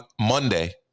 Monday